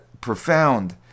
profound